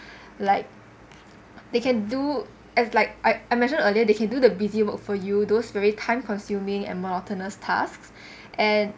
like they can do it's like I mentioned earlier they can do the busy work for you those very time consuming and monotonous tasks and